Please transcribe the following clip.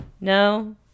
no